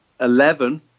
Eleven